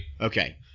Okay